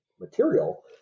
material